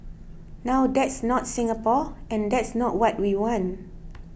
now that's not Singapore and that's not what we want